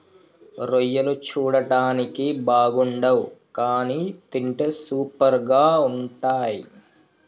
రొయ్యలు చూడడానికి బాగుండవ్ కానీ తింటే సూపర్గా ఉంటయ్